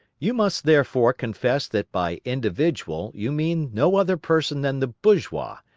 you must, therefore, confess that by individual you mean no other person than the bourgeois,